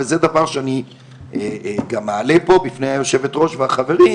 וזה דבר שאני גם מעלה פה בפני היושבת ראש והחברים,